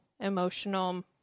emotional